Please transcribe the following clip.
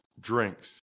drinks